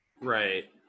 Right